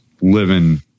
living